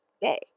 day